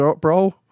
bro